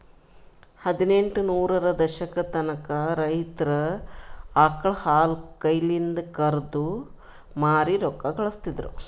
ಹದಿನೆಂಟ ನೂರರ ದಶಕತನ ರೈತರ್ ಆಕಳ್ ಹಾಲ್ ಕೈಲಿಂದೆ ಕರ್ದು ಮಾರಿ ರೊಕ್ಕಾ ಘಳಸ್ತಿದ್ರು